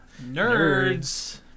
Nerds